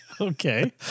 Okay